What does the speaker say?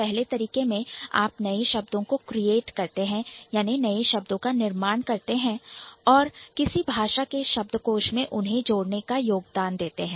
पहले तरीके में आप नए शब्दों को create क्रिएट करते हैं और किसी भाषा के शब्दकोश में उन्हें जोड़ने का योगदान देते हैं